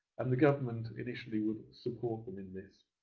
and the government initially would support them in this.